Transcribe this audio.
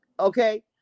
okay